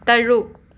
ꯇꯔꯨꯛ